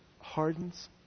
hardens